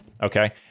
okay